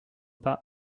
pas